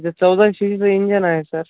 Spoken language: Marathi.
जे चौदा शी इचं इंजन आहे सर